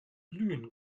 glühen